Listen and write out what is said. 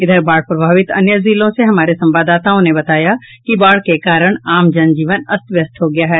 इधर बाढ़ प्रभावित अन्य जिलों से हमारे संवाददाताओं ने बताया कि बाढ़ के कारण आम जनजीवन अस्त व्यस्त हो गया है